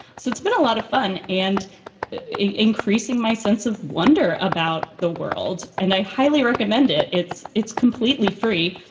so it's been a lot of fun and increasing my sense of wonder about the world. and i highly recommend it. it's it's completely free.